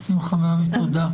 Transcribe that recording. שמחה ואבי, תודה.